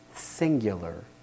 singular